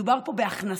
מדובר פה בהכנסה,